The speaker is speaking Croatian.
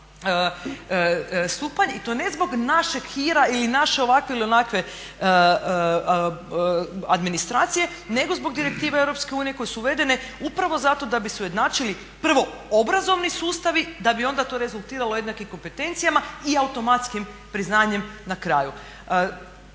i to ne zbog našeg hira ili naše ovakve ili onakve administracije nego zbog direktiva Europske unije koje su uvedene upravo zato da bi se ujednačili prvo obrazovni sustavi da bi onda to rezultiralo jednakim kompetencijama i automatskim priznanjem na kraju.